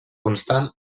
constant